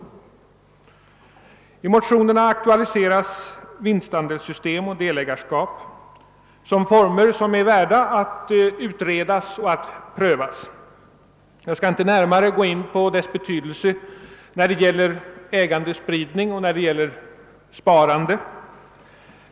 ee I motionerna aktualiseras vinstandelssystem och delägarskap såsom former värda att utredas och prövas. Jag skall inte närmare gå in på deras betydelse när det gäller ägandespridning och sparande.